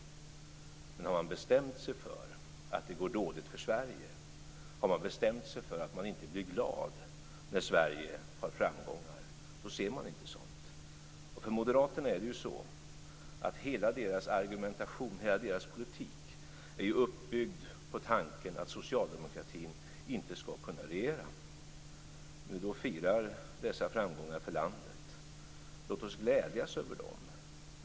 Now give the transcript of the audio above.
Men om man har bestämt sig för att det går dåligt för Sverige, och om man har bestämt sig för att man inte blir glad när Sverige har framgångar ser man inte sådant. För Moderaterna är det så att hela deras argumentation, hela deras politik är uppbyggd på tanken att socialdemokratin inte skall kunna regera. När vi firar dessa framgångar för landet, låt oss då glädjas över dem.